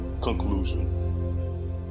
conclusion